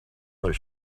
their